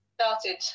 started